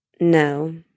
No